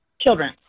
Children